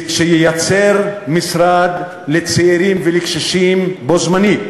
שייצר משרד לצעירים ולקשישים בו-זמנית,